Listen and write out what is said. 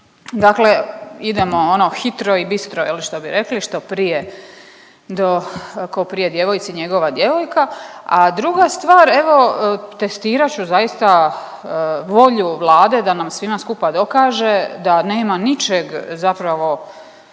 dakle idemo ono hitro i bistro što bi rekli, što prije do ko prije djevojci njegova djevojka. A druga stvar, evo testirat ću zaista volju Vlade da nam svima skupa dokaže da nema ničeg zapravo